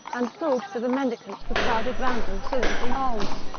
and food to the mendicants who crowded round them soliciting alms.